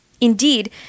Indeed